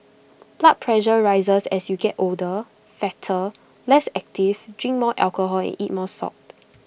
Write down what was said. blood pressure rises as you get older fatter less active drink more alcohol and eat more salt